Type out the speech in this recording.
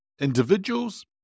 individuals